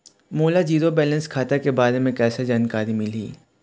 मोला zero balance खाता के बारे म कैसे जानकारी मिलही?